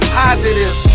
positive